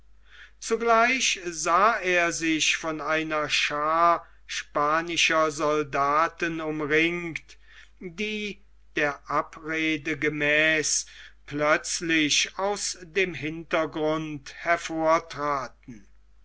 zugleich sah er sich von einer schaar spanischer soldaten umringt die der abrede gemäß plötzlich aus dem hintergrunde hervortraten